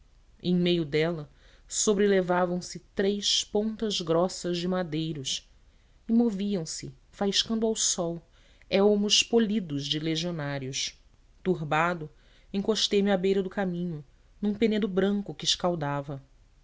em meio dela sobrelevavam se três pontas grossas de madeiros e moviam-se faiscando ao sol elmos polidos de legionários turbado encostei me à beira do caminho num penedo branco que escaldava